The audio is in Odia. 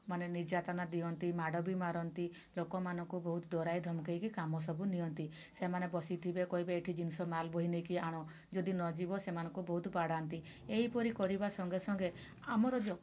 ମାନେ ନିର୍ଯ୍ୟାତନା ଦିଅନ୍ତି ମାଡ଼ ବି ମାରନ୍ତି ଲୋକମାନଙ୍କୁ ବହୁତ ଡରେଇ ଧମେକେଇକି କାମ ସବୁ ନିଅନ୍ତି ସେମାନେ ବସିଥିବେ କହିବେ ଏଠି ଜିନିଷ ମାଲ ବୋହି ନେଇକି ଆଣ ଯଦି ନ ଯିବ ସେମାନଙ୍କୁ ବହୁତ ବାଡ଼ାନ୍ତି ଏହିପରି କରିବା ସଙ୍ଗେ ସଙ୍ଗେ ଆମର